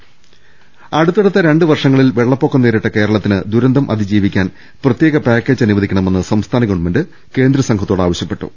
രദേഷ്ടെടു അടുത്തടുത്ത രണ്ടുവർഷങ്ങളിൽ വെള്ളപ്പൊക്കം നേരിട്ട കേരളത്തിന് ദുരന്തം അതിജീവിക്കാൻ പ്രത്യേക പാക്കേജ് അനുവദിക്കണമെന്ന് സംസ്ഥാന ഗവൺമെന്റ് കേന്ദ്രസംഘത്തോട് ആവശ്യപ്പെട്ടു